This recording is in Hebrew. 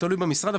תלוי במשרד,